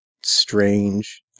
strange